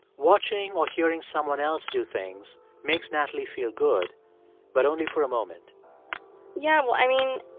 watching or hearing someone else do things makes natalie feel good but only for a moment yeah. well, i mean,